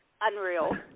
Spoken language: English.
unreal